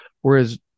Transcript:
Whereas